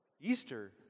Easter